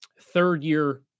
third-year